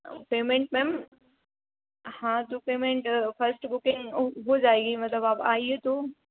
ओ payment ma'am आ हाँ तो पेमेंट फर्स्ट बुकिंग हो जाएगी मतलब आप आइए तो